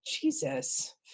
Jesus